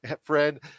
friend